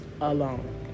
alone